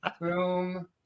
boom